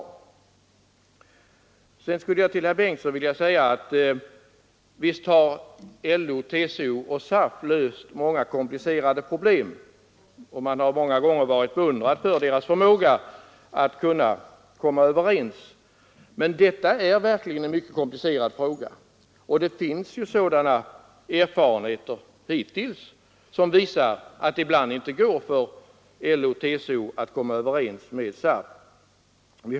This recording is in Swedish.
Till herr Bengtsson i Landskrona skulle jag vilja säga att visst har LO, TCO och SAF löst många komplicerade problem, och man har många gånger beundrat deras förmåga att komma överens, men detta är verkligen en mycket komplicerad fråga, och det finns nu erfarenheter som visar att det ibland inte är möjligt för LO och TCO att komma överens med SAF.